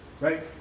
Right